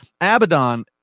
Abaddon